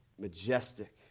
majestic